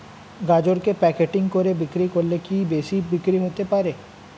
গাজরকে প্যাকেটিং করে বিক্রি করলে কি বেশি বিক্রি হতে পারে?